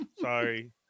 Sorry